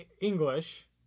English